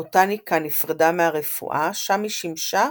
הבוטניקה נפרדה מהרפואה, שם היא שימשה